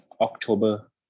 october